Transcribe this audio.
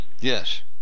Yes